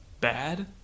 Bad